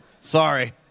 Sorry